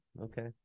Okay